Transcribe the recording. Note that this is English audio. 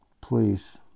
Please